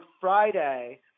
Friday